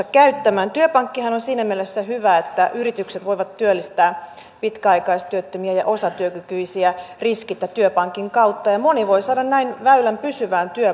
työpankkihan on siinä mielessä hyvä että yritykset voivat työllistää pitkäaikaistyöttömiä ja osatyökykyisiä riskittä työpankin kautta ja moni voi saada näin väylän pysyvään työpaikkaan